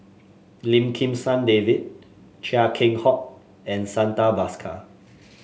Lim Kim San David Chia Keng Hock and Santha Bhaskar